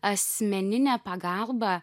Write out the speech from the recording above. asmeninė pagalba